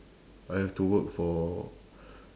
I have to work for